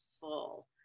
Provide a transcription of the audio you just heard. full